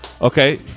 Okay